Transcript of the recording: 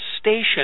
station